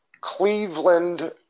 Cleveland